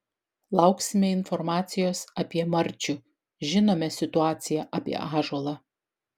lauksime informacijos apie marčių žinome situaciją apie ąžuolą